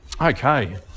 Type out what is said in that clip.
Okay